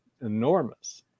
enormous